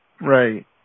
Right